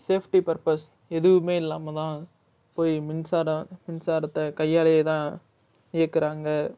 safety purpose எதுவுமே இல்லாமல்தான் போய் மின்சாரம் மின்சாரத்தை கையாலையே தான் இயக்குறாங்க